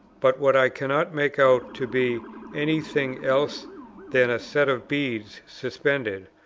but what i cannot make out to be any thing else than a set of beads suspended,